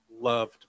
loved